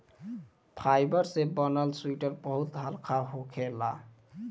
fibre से बनल sweater बहुत हल्का होखेला